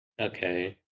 Okay